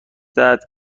درد